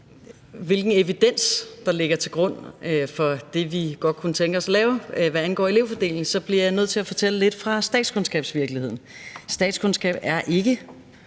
hvilken evidens der ligger til grund for det, vi godt kunne tænke os at lave, hvad angår elevfordelingen, så bliver jeg nødt til at fortælle lidt fra statskundskabsvirkeligheden. Statskundskab er ikke